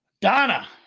Donna